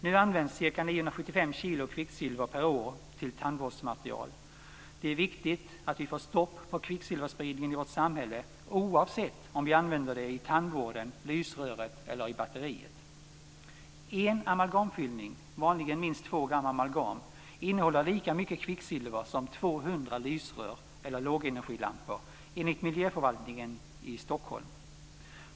Nu används ca 975 kilo kvicksilver per år till tandvårdsmaterial. Det är viktigt att vi får stopp på kvicksilverspridningen i vårt samhälle, oavsett om vi använder kvicksilvret i tandvården, lysröret eller batteriet. En amalgamfyllning, vanligen minst 2 gram amalgam, innehåller lika mycket kvicksilver som 200 lysrör eller lågenergilampor, enligt Miljöförvaltningen i Stockholm.